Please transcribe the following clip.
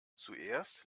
zuerst